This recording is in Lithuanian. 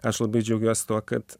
aš labai džiaugiuosi tuo kad